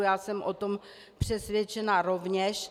Já jsem o tom přesvědčena rovněž.